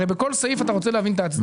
הרי בכל סעיף אתה רוצה להבין את ההצדקה.